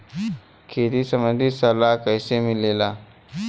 खेती संबंधित सलाह कैसे मिलेला?